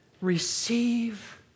receive